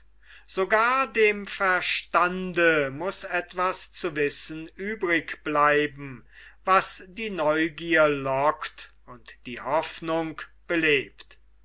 sogar dem verstande muß etwas zu wissen übrig bleiben was die neugier lockt und die hoffnung belebt